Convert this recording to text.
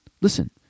listen